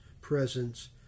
presence